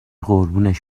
قربونش